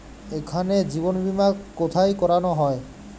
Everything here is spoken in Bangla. এখানে জীবন বীমা কোথায় করানো হয়?